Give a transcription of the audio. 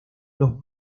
los